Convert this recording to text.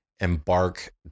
Embark